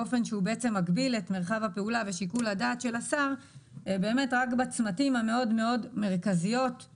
הוא בעצם פוגע בפיקוח הפרלמנטרי של ועדות הכנסת